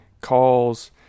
calls